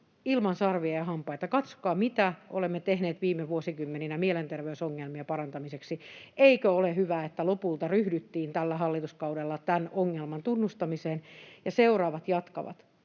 ilman sarvia ja hampaita, että katsokaa, mitä olemme tehneet viime vuosikymmeninä mielenterveysongelmien parantamiseksi. Eikö ole hyvä, että lopulta ryhdyttiin tällä hallituskaudella tämän ongelman tunnustamiseen ja seuraavat jatkavat?